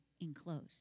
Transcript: enclosed